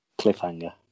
cliffhanger